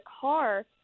car